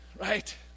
Right